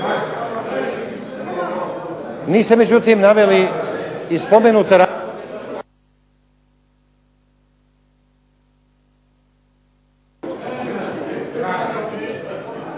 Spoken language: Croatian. Niste međutim naveli i spomenute